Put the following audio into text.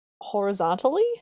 horizontally